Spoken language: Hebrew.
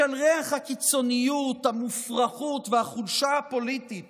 בשל ריח הקיצוניות, המופרכות והחולשה הפוליטית